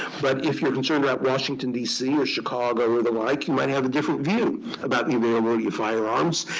but if you're concerned about washington, dc, or chicago, or the like, you might have a different view about the availability of firearms.